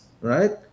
right